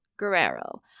Guerrero